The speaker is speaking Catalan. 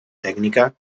tècnica